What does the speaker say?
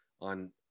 on